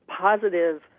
positive